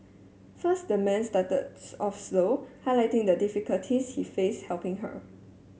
first the man started off slow highlighting the difficulties he faced helping her